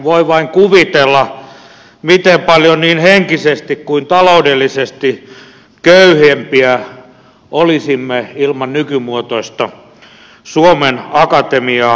voi vain kuvitella miten paljon niin henkisesti kuin taloudellisesti köyhempiä olisimme ilman nykymuotoista suomen akatemiaa